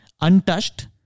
untouched